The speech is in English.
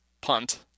punt